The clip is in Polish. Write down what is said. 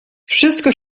wszystko